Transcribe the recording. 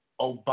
Obama